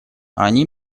они